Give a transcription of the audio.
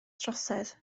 trosedd